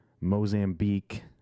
Mozambique